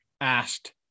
asked